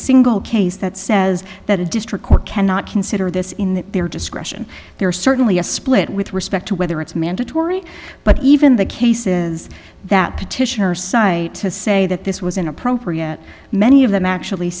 single case that says that a district court cannot consider this in their discretion there is certainly a split with respect to whether it's mandatory but even the cases that petitioners cite to say that this was inappropriate many of them actually